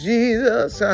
Jesus